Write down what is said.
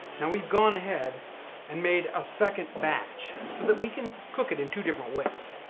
now we've gone ahead and made a second batch so that we can cook it in two different ways.